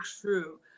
true